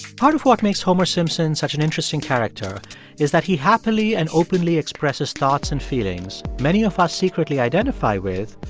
part of what makes homer simpson such an interesting character is that he happily and openly expresses thoughts and feelings many of us secretly identify with,